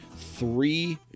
three